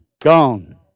gone